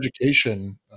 education